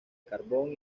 carbón